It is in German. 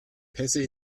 pässe